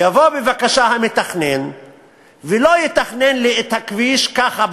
יבוא בבקשה המתכנן ולא יתכנן לי את הכביש ככה,